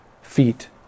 feet